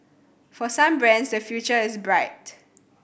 for some brands the future is bright